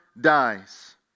dies